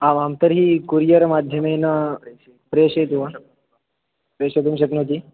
आमां तर्हि कोरियर् माध्यमेन प्रेषयितुं प्रेषयति वा शक्नोति वा प्रेषयितुं शक्नोति